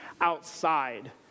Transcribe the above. outside